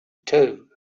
too